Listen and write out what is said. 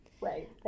Right